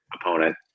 opponent –